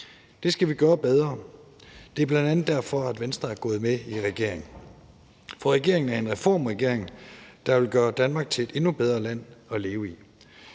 Det skal vi gøre bedre. Det er bl.a. derfor, Venstre er gået med i regeringen, for regeringen er en reformregering, der vil gøre Danmark til et endnu bedre land at leve i.